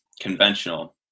conventional